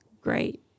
great